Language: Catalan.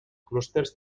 clústers